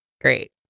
Great